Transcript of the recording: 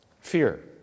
Fear